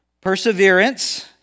perseverance